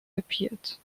appeared